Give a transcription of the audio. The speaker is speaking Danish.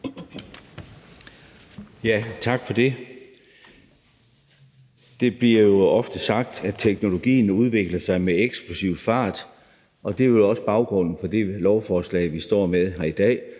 (S): Tak for det. Det bliver jo ofte sagt, at teknologien udvikler sig med eksplosiv fart, og det er vel også baggrunden for det lovforslag, vi står med i dag.